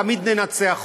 תמיד ננצח אותו.